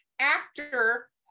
actor